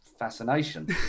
fascination